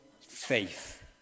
faith